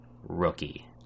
Rookie